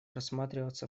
рассматриваться